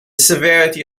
severity